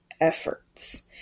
efforts